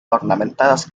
ornamentadas